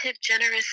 generous